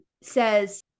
says